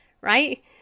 right